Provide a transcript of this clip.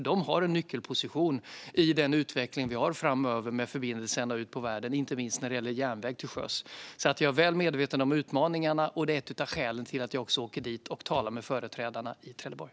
De har ju en nyckelposition i utvecklingen framöver med förbindelser ända ut i världen, inte minst när det gäller järnväg till sjöss. Jag är alltså väl medveten om utmaningarna, och det är ett av skälen till att jag också åker till Trelleborg och talar med hamnföreträdarna.